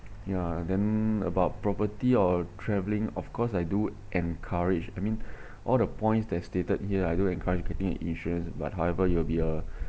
ya then about property or travelling of course I do encourage I mean all the points that stated here I do encourage getting insurance but however you will be a